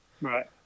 Right